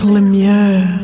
Lemieux